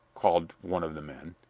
called one of the men,